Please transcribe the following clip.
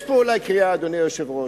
יש פה אולי קריאה, אדוני היושב-ראש,